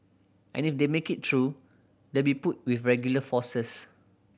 and if they make it through they'll be put with regular forces